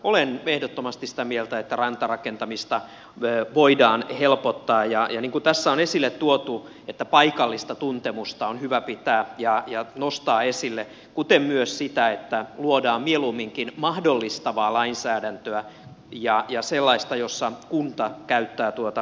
olen ehdottomasti sitä mieltä että rantarakentamista voidaan helpottaa ja niin kuin tässä on esille tuotu että paikallista tuntemusta on hyvä pitää ja nostaa esille kuten myös sitä että luodaan mieluumminkin mahdollistavaa lainsäädäntöä ja sellaista jossa kunta käyttää päätösvaltaa